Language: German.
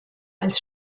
als